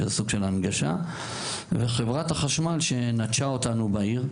שזה סוג שלהנגשה וחבר' החשמל שנטשה אותנו בעיר.